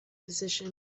position